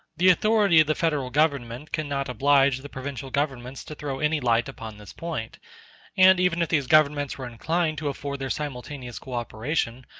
the authority of the federal government cannot oblige the provincial governments to throw any light upon this point and even if these governments were inclined to afford their simultaneous co-operation,